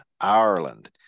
Ireland